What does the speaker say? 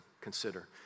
consider